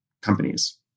companies